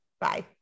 Bye